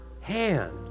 hand